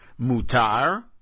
Mutar